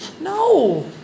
No